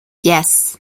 yes